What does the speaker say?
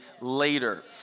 later